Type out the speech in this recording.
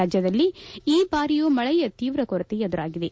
ರಾಜ್ಯದಲ್ಲಿ ಈ ಬಾರಿಯೂ ಮಳೆಯ ತೀವ್ರ ಕೊರತೆ ಎದುರಾಗಿದೆ